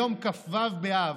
היום, כ"ו באב.